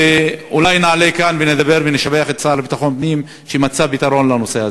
ואולי נעלה כאן ונדבר ונשבח את השר לביטחון פנים שמצא פתרון לנושא הזה.